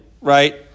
right